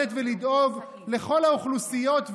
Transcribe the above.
לתת ולדאוג לכל האוכלוסיות,